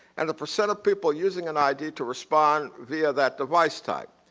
and the percent of people using an i d. to respond via that device type.